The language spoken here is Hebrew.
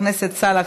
עבד?